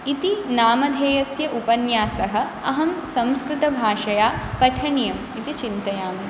इति नामधेयस्य उपन्यासः अहं संस्कृतभाषया पठनीयम् इति चिन्तयामि